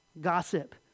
gossip